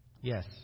Yes